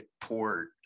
port